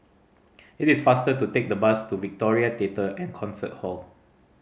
it is faster to take the bus to Victoria Theatre and Concert Hall